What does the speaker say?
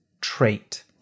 trait